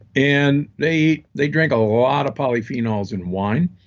and they they drink a lot of polyphenols in wine.